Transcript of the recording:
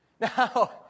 Now